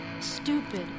stupid